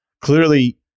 clearly